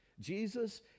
Jesus